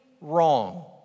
wrong